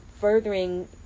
furthering